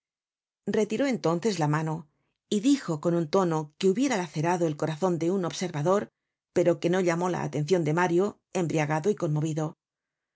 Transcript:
retiró entonces la mano y dijo con un tono que hubiera lacerado el corazon de un observador pero que no llamó la atencion de mario embriagado y conmovido ah